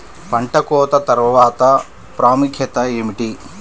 పంట కోత తర్వాత ప్రాముఖ్యత ఏమిటీ?